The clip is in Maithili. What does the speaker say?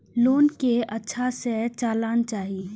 लोन के अच्छा से चलाना चाहि?